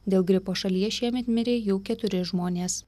dėl gripo šalyje šiemet mirė jau keturi žmonės